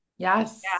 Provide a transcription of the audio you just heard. Yes